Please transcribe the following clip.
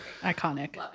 Iconic